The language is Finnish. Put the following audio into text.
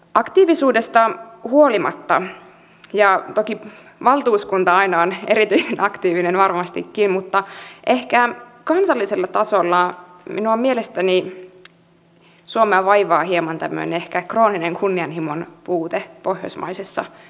aktiivisuudesta huolimatta ja toki valtuuskunta aina on erityisen aktiivinen varmastikin ehkä kansallisella tasolla minun mielestäni suomea vaivaa tämmöinen hieman krooninen kunnianhimon puute pohjoismaisessa yhteistyössä